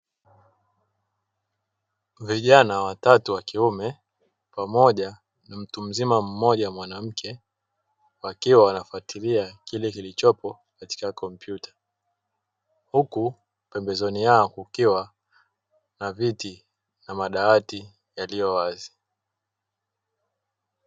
Vijana watatu wa kiume pamoja na mtu mzima mmoja mwanamke wakiwa wanafuatilia kile kilichopo katika kompyuta, huku pemebezoni yao kukiwa na viti na madawati yaliyo wazi.